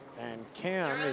and cam is